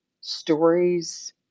stories